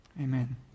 Amen